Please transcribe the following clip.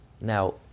Now